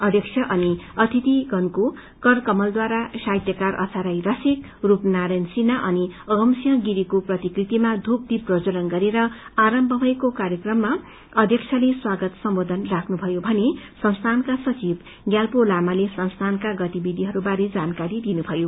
अध्यक्ष अनि अतिथिगणको करकमलद्वारा साहित्यकार अच्छा राई रसिक रूपनारायाण सिन्हा अनि अगमसिंह गिरीको प्रतिकृतिमा धपद्वीप प्रञ्जवलन गरेर आरम्म भएको कार्यक्रममा अध्यक्षले स्वागत सम्बोधन राख्नुभयो भने संस्थानका सचिव ग्लाल्पो लामाले संस्थानका गतिविधिहरू बारे जानकारी दिनुमयो